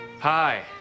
Hi